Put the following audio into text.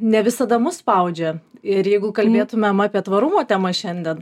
ne visada mus spaudžia ir jeigu kalbėtumėm apie tvarumo temą šiandien